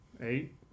Eight